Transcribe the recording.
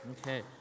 Okay